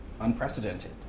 unprecedented